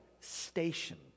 station